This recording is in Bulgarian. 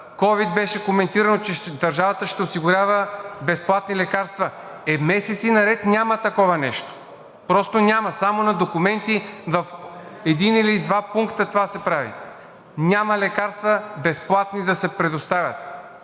ковид беше коментирано, че държавата ще осигурява безплатни лекарства, но месеци наред няма такова нещо. Просто няма! Само на документи в един или два пункта се прави това. Няма безплатни лекарства да се предоставят!